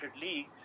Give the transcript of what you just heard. league